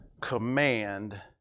command